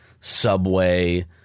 Subway